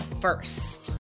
first